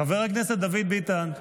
חבר הכנסת דוד ביטן,